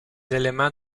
éléments